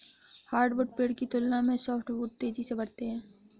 hardwood पेड़ की तुलना में सॉफ्टवुड तेजी से बढ़ते हैं